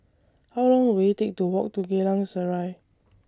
How Long Will IT Take to Walk to Geylang Serai